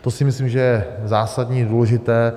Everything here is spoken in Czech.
To si myslím, že je zásadní, důležité.